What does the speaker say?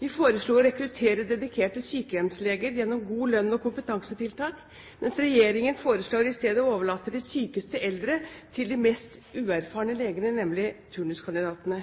Vi foreslo å rekruttere dedikerte sykehjemsleger gjennom god lønn og kompetansetiltak, mens regjeringen istedenfor foreslår å overlate de sykeste eldre til de mest uerfarne legene, nemlig turnuskandidatene.